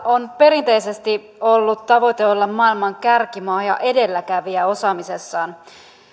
on perinteisesti ollut tavoite olla maailman kärkimaa ja edelläkävijä osaamisessaan